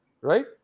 Right